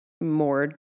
more